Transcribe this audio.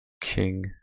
King